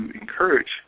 encourage